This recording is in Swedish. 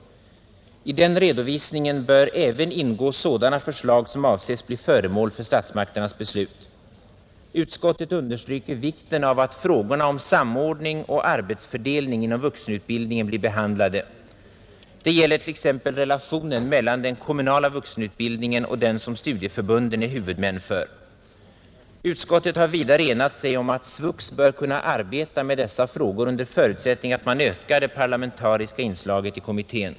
I den redovisningen bör även ingå sådana förslag som avses bli föremål för statsmakternas beslut. Utskottet understryker vikten av att frågorna om samordning och arbetsfördelning inom vuxenutbildningen blir behandlade. Det gäller t.ex. relationen mellan den kommunala vuxenutbildningen och den som studieförbunden är huvudmän för. Utskottet har vidare enat sig om att SVUX bör kunna arbeta med dessa frågor under förutsättning att man ökar det parlamentariska inslaget i kommittén.